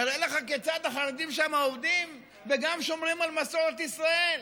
נראה לך כיצד החרדים שמה עובדים וגם שומרים על מסורת ישראל.